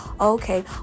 okay